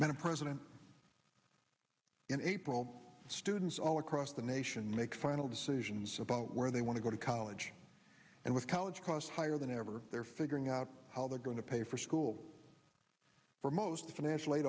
madam president in april students all across the nation make final decisions about where they want to go to college and with college costs higher than ever they're figuring out how they're going to pay for school for most the financial aid